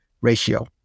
ratio